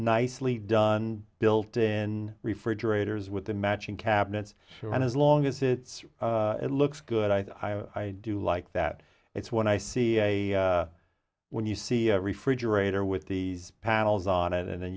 nicely done built in refrigerators with the matching cabinets and as long as it looks good i do like that it's what i see when you see a refrigerator with these panels on it and then